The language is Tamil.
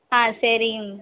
ஆ சரிங்